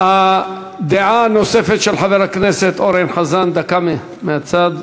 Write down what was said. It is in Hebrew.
הדעה הנוספת של חבר הכנסת אורן חזן, דקה מהצד.